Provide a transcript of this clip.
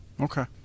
okay